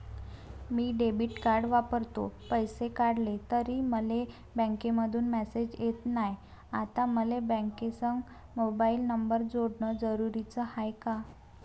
मी debit card वापरतो, पैसे काढले तरी मले बँकेमंधून मेसेज येत नाय, आता मले बँकेसंग मोबाईल नंबर जोडन जरुरीच हाय का?